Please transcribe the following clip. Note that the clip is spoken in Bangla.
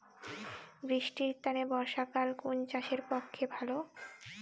বৃষ্টির তানে বর্ষাকাল কুন চাষের পক্ষে ভালো?